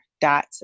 dot